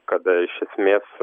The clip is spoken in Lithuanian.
kada iš esmės